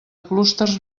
clústers